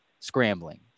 scrambling